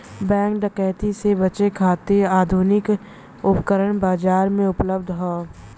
bank डकैती से बचे खातिर आधुनिक उपकरण बाजार में उपलब्ध हौ